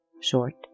Short